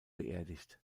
beerdigt